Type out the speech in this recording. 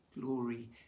Glory